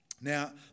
Now